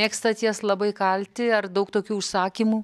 mėgstat jas labai kalti ar daug tokių užsakymų